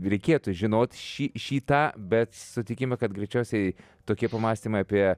reikėtų žinot šį šį tą bet sutikime kad greičiausiai tokie pamąstymai apie